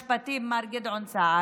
המשפטים עכשיו, מר גדעון סער,